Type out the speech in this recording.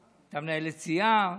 הייתה מנהלת סיעה.